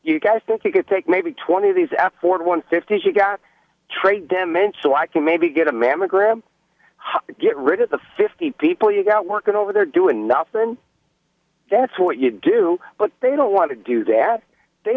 you guys think you could take maybe twenty of these ask for one fifty she got trade them meant so i can maybe get a mammogram get rid of the fifty people you've got work going over there doing nothing that's what you do but they don't want to do that they